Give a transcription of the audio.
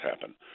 happen